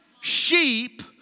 sheep